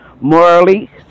morally